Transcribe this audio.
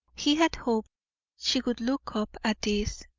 he had hoped she would look up at this,